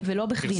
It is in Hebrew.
ולא בכדי.